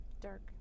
dark